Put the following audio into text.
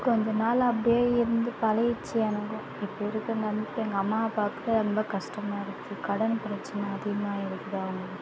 கொஞ்ச நாள் அப்படியே இருந்து பழகிர்சு எனக்கும் இப்போ இருக்கிற நம்பிக்கை எங்கள் அம்மா அப்பாக்கும் ரொம்ப கஷ்டமா இருக்கு கடன் ப்ரச்சனை அதிகமாக இருக்குது அவங்களுக்கு